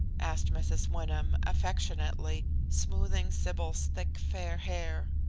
asked mrs. wyndham, affectionately, smoothing sybil's thick fair hair.